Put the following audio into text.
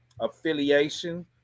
affiliation